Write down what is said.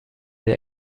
der